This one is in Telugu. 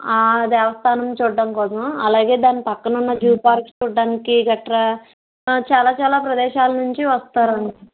దేవస్థానం చూడటం కోసం అలాగే దాని పక్కన ఉన్న జూ పార్క్ చూడ్డానికి గట్రా చాలా చాలా ప్రదేశాల నుంచి వస్తారు